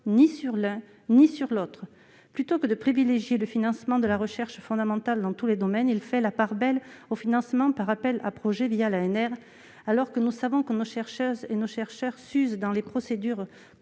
ni sur l'un ni sur l'autre. Plutôt que de privilégier le financement de la recherche fondamentale dans tous les domaines, il fait la part belle aux financements par appel à projets, l'ANR, alors que nous savons que nos chercheurs et nos chercheuses s'usent dans les procédures